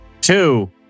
Two